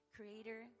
Creator